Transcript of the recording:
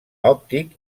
òptic